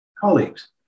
colleagues